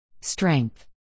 Strength